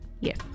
yes